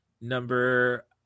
number